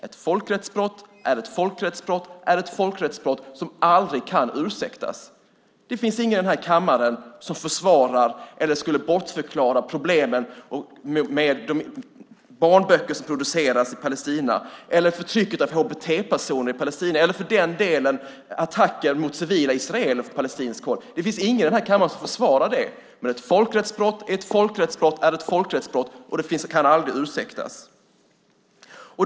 Ett folkrättsbrott är ett folkrättsbrott är ett folkrättsbrott som aldrig kan ursäktas. Det finns ingen här i kammaren som försvarar eller skulle bortförklara problemen med de barnböcker som produceras i Palestina, förtrycket av HBT-personer i Palestina eller för den delen attacker mot civila israeler från palestinskt håll. Det finns ingen i den här kammaren som försvarar det. Men ett folkrättsbrott är ett folkrättsbrott är ett folkrättsbrott, och det kan aldrig ursäktas.